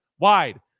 Wide